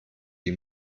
die